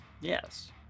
Yes